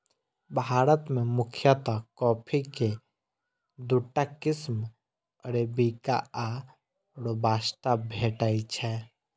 भारत मे मुख्यतः कॉफी के दूटा किस्म अरेबिका आ रोबास्टा भेटै छै